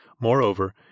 Moreover